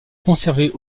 conservées